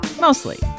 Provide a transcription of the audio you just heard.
Mostly